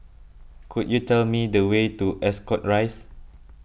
could you tell me the way to Ascot Rise